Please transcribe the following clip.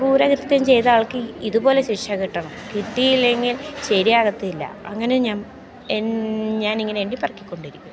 ക്രൂര കൃത്യം ചെയ്ത ആൾക്ക് ഇതുപോലെ ശിക്ഷ കിട്ടണം കിട്ടിയില്ല ഏങ്കിൽ ശരിയാകത്തില്ല അങ്ങനെ ഞാൻ ഞാൻ ഇങ്ങനെ എണ്ണിപ്പെറുക്കി കൊണ്ടിരിക്കും